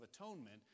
atonement